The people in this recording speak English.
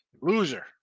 loser